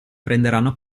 prenderanno